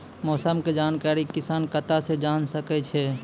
मौसम के जानकारी किसान कता सं जेन सके छै?